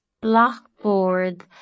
blackboard